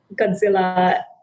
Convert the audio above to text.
Godzilla